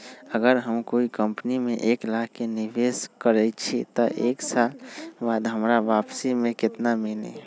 अगर हम कोई कंपनी में एक लाख के निवेस करईछी त एक साल बाद हमरा वापसी में केतना मिली?